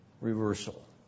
reversal